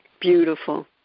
Beautiful